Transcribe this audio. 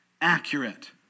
accurate